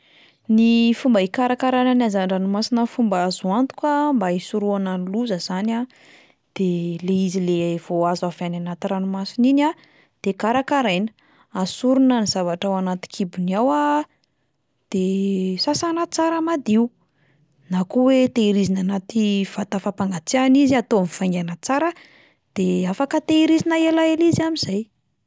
Ny fomba hikarakarana ny hazan-dranomasina amin'ny fomba azo antoka mba hisorohana ny loza izany a, de le izy le vao azo avy anaty ranomasina iny a, de karakaraina, asorina ny zavatra ao anaty kibony ao a, de sasana tsara madio, na koa hoe tehirizina anaty vata fampangatsiahana izy atao mivaingana tsara, de afaka tehirizina elaela izy amin'izay.